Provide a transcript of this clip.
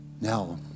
Now